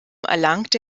erlangte